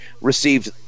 received